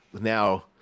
now